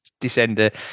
descender